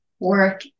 work